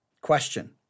Question